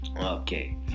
okay